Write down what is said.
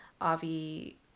Avi